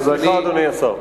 סליחה, אדוני השר.